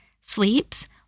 sleeps